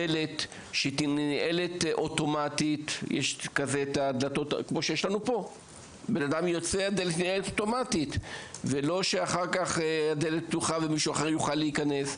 דלת שננעלת אוטומטית ולא שהיא תישאר פתוחה ומישהו יוכל להיכנס.